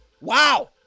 Wow